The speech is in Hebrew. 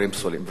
בבקשה, גברתי.